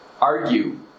argue